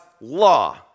law